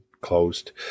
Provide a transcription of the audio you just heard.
closed